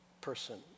person